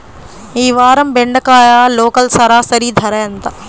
ఈ వారం బెండకాయ లోకల్ సరాసరి ధర ఎంత?